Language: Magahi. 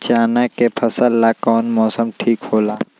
चाना के फसल ला कौन मौसम ठीक होला?